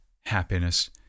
happiness